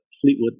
Fleetwood